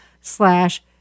slash